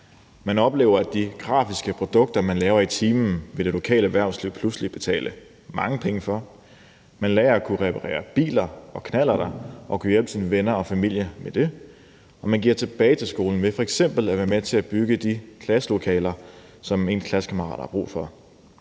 Man oplever, at de grafiske produkter, man laver i timen, vil det lokale erhvervsliv pludselig betale mange penge for. Man lærer at reparere biler og knallerter og kan hjælpe sine venner og familie med det. Og man giver tilbage til skolen ved f.eks. at være med til at bygge de klasselokaler, som ens klassekammerater har brug for.